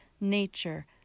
nature